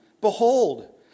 Behold